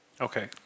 Okay